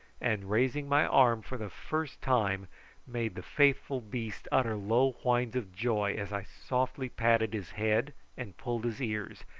and raising my arm for the first time made the faithful beast utter low whines of joy as i softly patted his head and pulled his ears,